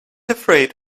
afraid